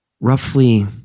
roughly